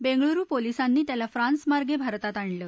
बेंगळुरू पोलिसांनी त्याला फ्रान्समार्गे भारतात आणलं